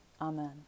Amen